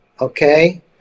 Okay